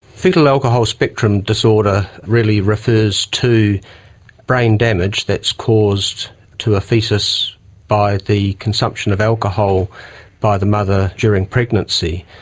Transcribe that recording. fetal alcohol spectrum disorder really refers to brain damage that's caused to a fetus by the consumption of alcohol by the mother during pregnancy,